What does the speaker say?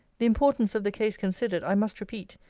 the importance of the case considered, i must repeat,